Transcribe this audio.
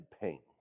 pain